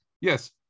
yes